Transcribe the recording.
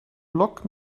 block